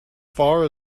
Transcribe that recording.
far